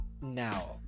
now